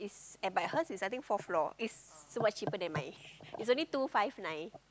but hers is I think fourth floor it's so much cheaper than mine it's only two five nine